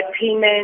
payment